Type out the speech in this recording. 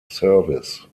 service